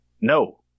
No